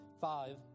five